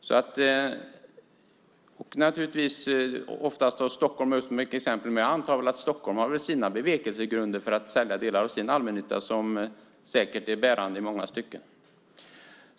Stockholm tas ofta som exempel, men jag antar att Stockholm har bevekelsegrunder för att sälja delar av sin allmännytta som är bärande i många stycken.